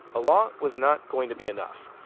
a law was not going to be enough.